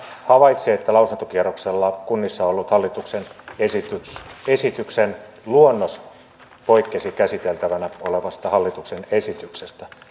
hallintovaliokunta havaitsi että lausuntokierroksella kunnissa ollut hallituksen esityksen luonnos poikkesi käsiteltävänä olevasta hallituksen esityksestä